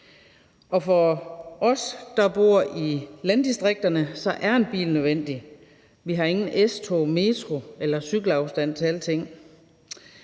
Og for os, der bor i landdistrikterne, er en bil nødvendig. Vi har ingen S-tog eller metro og bor heller ikke i cykleafstand til alting.